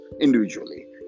individually